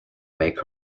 make